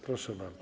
Proszę bardzo.